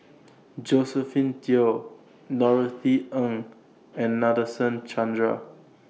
Josephine Teo Norothy Ng and Nadasen Chandra